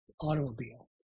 automobile